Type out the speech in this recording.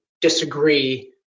disagree